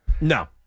No